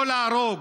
לא להרוג.